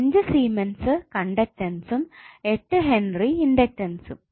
5 siemens കണ്ടുക്ടൻസും 8 henry ഇണ്ടക്ടൻസും